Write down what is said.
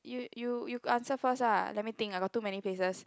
you you you answer first lah let me think about too many places